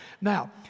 Now